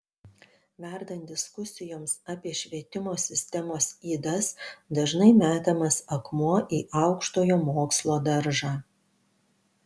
verdant diskusijoms apie švietimo sistemos ydas dažnai metamas akmuo į aukštojo mokslo daržą